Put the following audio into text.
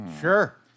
Sure